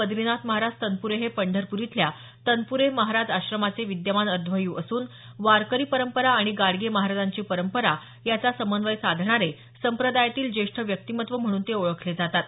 बद्रीनाथ महाराज तनपुरे हे पंढरपूर इथल्या तनपुरे महाराज आश्रमाचे विद्यमान अध्वर्यू असून वारकरी परंपरा आणि गाडगे महाराजांची परंपरा याचा समन्वय साधणारे संप्रदायातील ज्येष्ठ व्यक्तिमत्व म्हणून ते ओळखले जातात